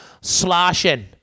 sloshing